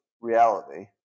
reality